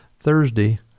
Thursday